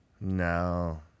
no